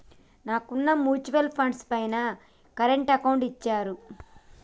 నాకున్న mutual funds పైన current account ఇచ్చారు